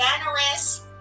generous